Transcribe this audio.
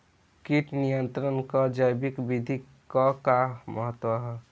कीट नियंत्रण क जैविक विधि क का महत्व ह?